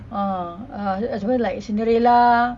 uh as well like cinderella